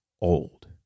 old